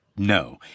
No